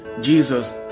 Jesus